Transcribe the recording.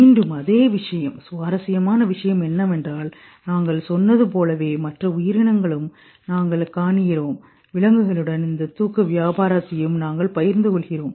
மீண்டும் அதே விஷயம் சுவாரஸ்யமான விஷயம் என்னவென்றால் நாங்கள் சொன்னது போலவே மற்ற உயிரினங்களிலும் நாங்கள் காண்கிறோம் விலங்குகளுடன் இந்த தூக்க வியாபாரத்தையும் நாங்கள் பகிர்ந்து கொள்கிறோம்